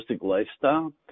lifestyle